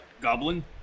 Goblin